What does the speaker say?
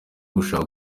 gushaka